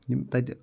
یِم تَتہِ